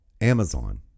Amazon